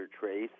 trace